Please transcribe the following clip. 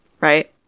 right